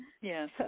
yes